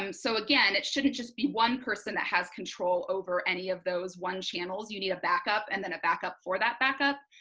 um so again, it shouldn't just be one person that has control over any of those one channels. you need a backup and then a backup for that backup.